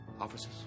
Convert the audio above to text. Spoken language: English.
Officers